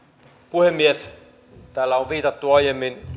puhemies täällä on viitattu aiemmin